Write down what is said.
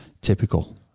typical